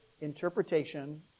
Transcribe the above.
interpretation